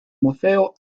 museo